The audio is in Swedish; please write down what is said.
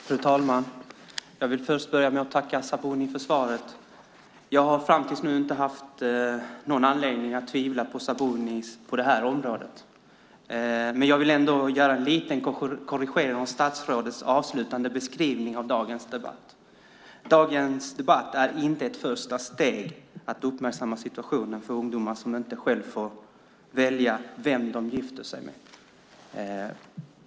Fru talman! Jag vill börja med att tacka Sabuni för svaret. Jag har fram tills nu inte haft någon anledning att tvivla på Sabuni på det här området, men jag vill göra en liten korrigering i statsrådets avslutande beskrivning av dagens debatt. Dagens debatt är inte ett första steg mot att uppmärksamma situationen för ungdomar som inte själva får välja vem de gifter sig med.